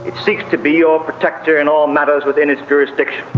it seeks to be your protector in all matters within its jurisdiction.